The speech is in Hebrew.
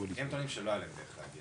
הם טוענים שלא היה להם דרך להגיע